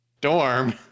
dorm